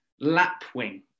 Lapwing